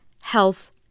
health